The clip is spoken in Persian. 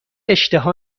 اشتها